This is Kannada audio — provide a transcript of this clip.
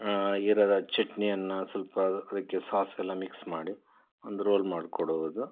ಇರದ ಚಟ್ನಿಯನ್ನು ಸ್ವಲ್ಪ ಅದಕ್ಕೆ ಸಾಸ್ ಎಲ್ಲ ಮಿಕ್ಸ್ ಮಾಡಿ ಒಂದು ರೋಲ್ ಮಾಡಿಕೊಡುವುದು